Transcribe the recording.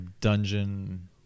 Dungeon